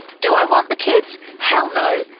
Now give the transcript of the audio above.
do i want the kids? hell no.